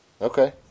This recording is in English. Okay